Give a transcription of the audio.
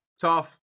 tough